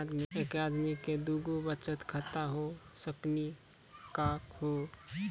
एके आदमी के दू गो बचत खाता हो सकनी का हो?